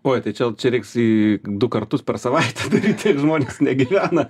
oi tai čia čia reiks į du kartus per savaitę daryt tiek žmonės negyvena